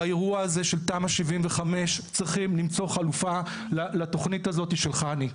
באירוע הזה של תמ"א/ 75 צריכים למצוא חלופה לתוכנית הזאת של חנ"י,